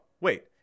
wait